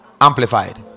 Amplified